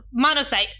Monocyte